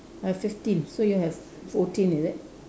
I have fifteen so you have fourteen is it